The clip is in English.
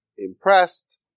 impressed